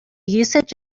usage